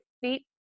feet